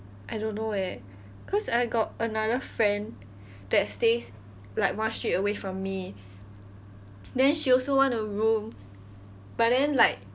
I don't know eh cause I got another friend that stays like one street away from me then she also want a room but then like